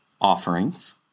Offerings